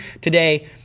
today